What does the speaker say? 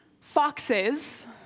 Foxes